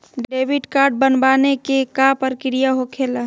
Debit card बनवाने के का प्रक्रिया होखेला?